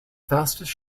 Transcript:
fastest